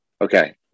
Okay